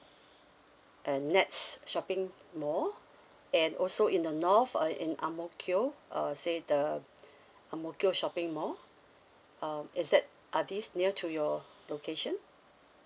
uh NEX shopping mall and also in the north uh in ang mo kio uh so it the ang mo kio shopping mall um is that are these near to your location